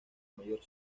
mayor